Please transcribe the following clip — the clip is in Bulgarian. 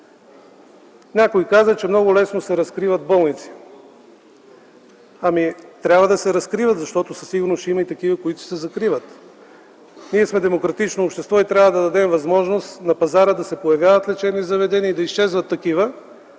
Някои казват, че много лесно се разкриват болници. Ами трябва да се разкриват, защото със сигурност ще има и такива, които ще се закриват. Ние сме демократично общество и трябва да дадем възможност на пазара да се появяват лечебни заведения и да изчезват такива